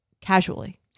casually